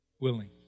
willing